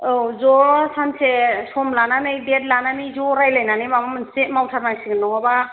औ ज' सानसे सम लानानै डेट लानानै ज' रायज्लायनानै माबा मोनसे मावथारनांसिगोन नङाबा